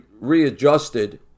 readjusted